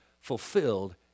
fulfilled